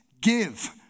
give